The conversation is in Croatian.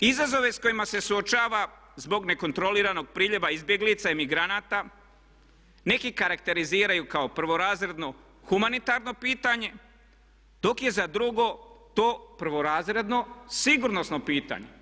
Izazove s kojima se suočava zbog nekontroliranog priljeva izbjeglica i migranata neki karakteriziraju kao prvorazredno humanitarno pitanje dok je za drugog to prvorazredno sigurnosno pitanje.